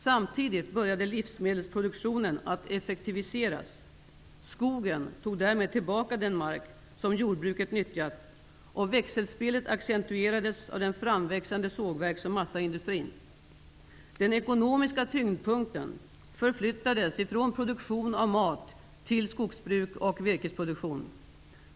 Samtidigt började livsmedelsproduktionen att effektiviseras. Skogen tog därmed tillbaka den mark som jordbruket nyttjat, och växelspelet accentuerades av den framväxande sågverks och massaindustrin. Den ekonomiska tyngdpunkten förflyttades från produktion av mat till skogsbruk och virkesproduktion.